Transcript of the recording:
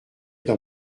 dans